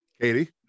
Katie